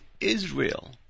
Israel